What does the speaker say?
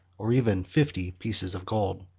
or even fifty, pieces of gold.